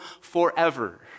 forever